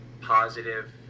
positive